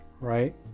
right